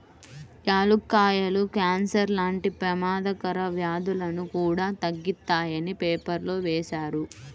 యాలుక్కాయాలు కాన్సర్ లాంటి పెమాదకర వ్యాధులను కూడా తగ్గిత్తాయని పేపర్లో వేశారు